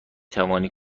توانی